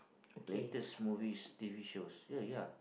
latest movies T_V show ya ya